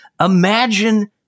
imagine